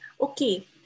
Okay